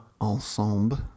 Ensemble